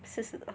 四十多